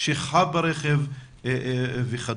שכחה ברכב וכד'.